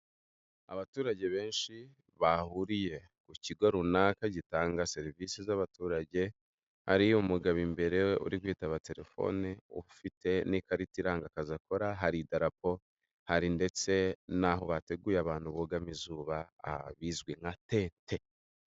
Abaturage benshi bahuriye ku kigo runaka gitanga serivisi z'abaturage hari umugabo imbere uri kwitaba telefone ufite n'ikarita iranga akazi akora hari idarapo, hari ndetse n'aho bateguye abantu bugama izuba bizwi nka tente.